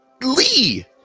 Lee